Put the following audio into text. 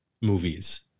movies